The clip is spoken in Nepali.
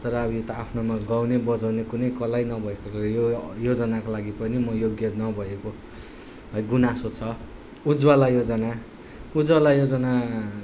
तर अब यो त आफ्नोमा गाउने बजाउने कुनै कला नै नभएकोले यो योजनाको लागि पनि म योग्य नभएको है गुनासो छ उज्जवला योजना उज्जवला योजना